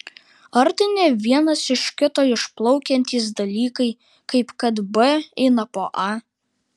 ar tai ne vienas iš kito išplaukiantys dalykai kaip kad b eina po a